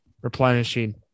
replenishing